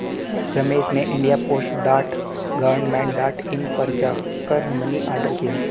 रमेश ने India Post dot government dot in पर जा कर मनी ऑर्डर किया